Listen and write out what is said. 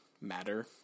matter